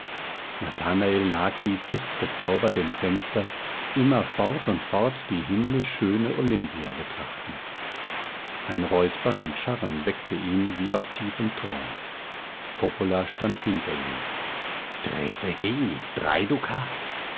nathanael lag wie festgezaubert im fenster immer fort und fort die himmlisch schöne olimpia betrachtend ein räuspern und scharren weckte ihn wie aus tiefem traum coppola stand hinter ihm tre zechini drei dukat